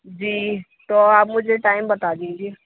جی تو آپ مجھے ٹائم بتا دیجیے